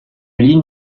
ligne